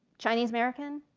chinese american?